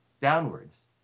downwards